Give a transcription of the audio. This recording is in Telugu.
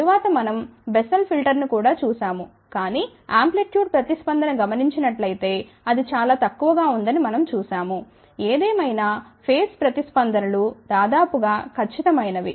తరువాత మనం బెస్సెల్ ఫిల్టర్ను కూడా చూశాము కాని యాంప్లిట్సూడ్ ప్రతిస్పందన గమనించినట్లయితే అది చాలా తక్కువగా ఉందని మనం చూశాము ఏదేమైనా ఫేస్ ప్రతిస్పందన లు దాదాపుగా ఖచ్చితమైనవి